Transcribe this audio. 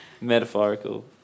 Metaphorical